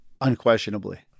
Unquestionably